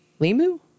limu